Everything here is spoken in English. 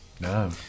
No